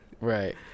Right